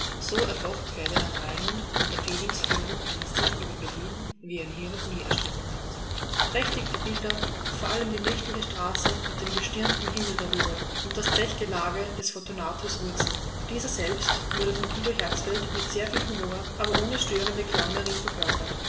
so erfocht ferdinand raimund unter fehlings führung einen sieg über berlin wie er ihn hier noch nicht erstritten hat prächtig die bilder vor allem die nächtliche straße mit dem gestirnten himmel darüber und das zechgelage des fortunatus wurzel dieser selbst wurde von guido herzfeld mit sehr viel humor aber ohne störende clownerie verkörpert